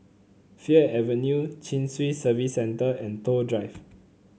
Fir Avenue Chin Swee Service Centre and Toh Drive